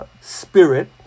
spirit